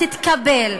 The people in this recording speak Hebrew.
תתקבל,